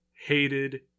hated